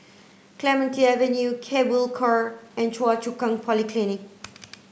Clementi Avenue Cable Car and Choa Chu Kang Polyclinic